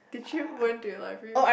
did him went to your library